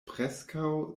preskaŭ